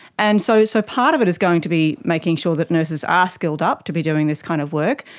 and so so part of it is going to be making sure that nurses are ah skilled up to be doing this kind of work,